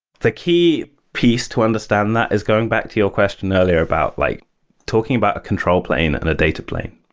the key piece to understand that is going back to your question earlier about like talking about a control plane and a data plane.